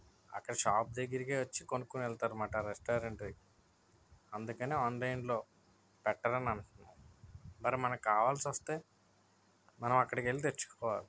అక్కడ షాప్ దగ్గరికి వచ్చి కొనుకోని వెళ్తారు అన్నమాట రెస్టారెంట్ దగ్గరకి అందుకని ఆన్లైన్లో పెట్టరు అని మరి మనకి కావాల్సి వస్తే మనం అక్కడికి వెళ్ళి తెచ్చుకోవాలి